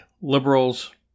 liberals